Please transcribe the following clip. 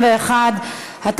51) (מענק חימום אחיד),